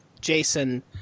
Jason